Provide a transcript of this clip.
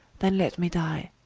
then let me dye,